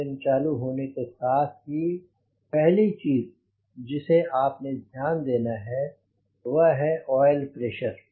engine चालू होने के साथ ही पहली चीज जिसे आपने ध्यान देना है वह है ऑयल प्रेशर